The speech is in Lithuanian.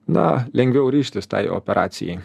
na lengviau ryžtis tai operacijai